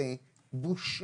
זה בושה.